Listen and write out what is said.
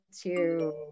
to-